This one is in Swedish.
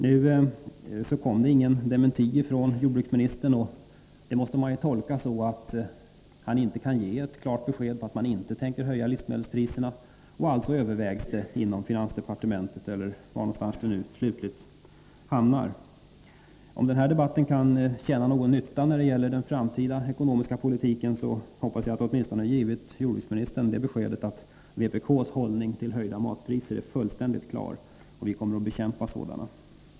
Nu kom det ingen dementi från jordbruksministern, och det måste man tolka så att han inte kan ge klart besked om att man inte tänker höja livsmedelspriserna. Alltså övervägs det inom finansdepartementet eller var frågan nu slutligen hamnar. Om den här debatten kan tjäna någon nytta när det gäller den framtida ekonomiska politiken hoppas jag att den åtminstone givit jordbruksministern det beskedet att vpk:s hållning till höjda matpriser är fullständigt klar: vi kommer att bekämpa dem.